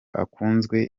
akunzwe